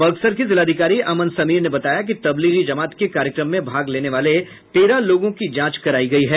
बक्सर के जिलाधिकारी अमन समीर ने बताया कि तबलीगी जमात के कार्यक्रम में भाग लेने वाले तेरह लोगों की जांच करायी गयी है